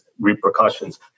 repercussions